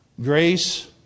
Grace